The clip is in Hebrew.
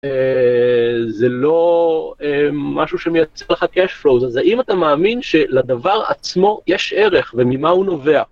זה לא משהו שמייצר לך cash flows אז האם אתה מאמין שלדבר עצמו יש ערך וממה הוא נובע.